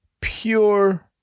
pure